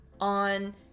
on